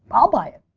i'll buy it.